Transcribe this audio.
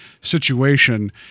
situation